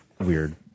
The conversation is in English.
weird